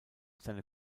seine